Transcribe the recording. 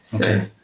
Okay